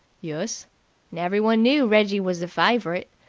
yus. and everyone knew reggie was the fav'rit.